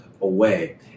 away